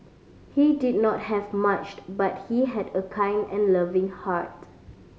he did not have much but he had a kind and loving heart